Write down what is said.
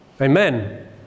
Amen